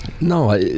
No